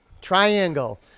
triangle